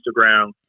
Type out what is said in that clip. instagram